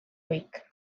lake